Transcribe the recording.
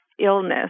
illness